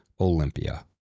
Olympia